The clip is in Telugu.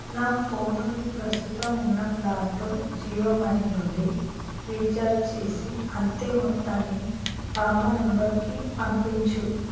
నా ఫోనుని ప్రస్తుతం ఉన్న ప్లాన్తో జియో మనీ నుండి రీఛార్జ్ చేసి అంతే మొత్తాన్ని బామ్మ నంబర్కి పంపించు